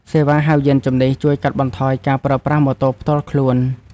សេវាហៅយានជំនិះ ជួយកាត់បន្ថយការប្រើប្រាស់ម៉ូតូផ្ទាល់ខ្លួន។